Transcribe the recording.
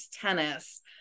tennis